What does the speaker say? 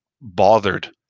bothered